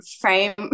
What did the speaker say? frame